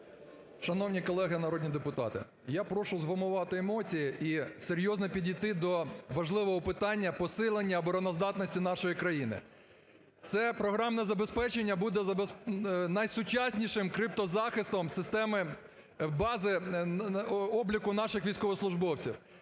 Шановні колеги народні депутати, я прошу вгамувати емоції і серйозно підійти до важливого питання посилення обороноздатності нашої країни. Це програмне забезпечення буде найсучаснішим криптозахистом бази обліку наших військовослужбовців,